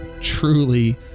truly